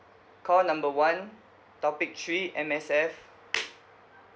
call number one topic three M_S_F